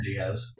videos